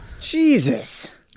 Jesus